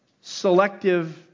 selective